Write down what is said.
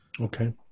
Okay